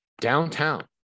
downtown